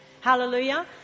Hallelujah